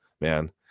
man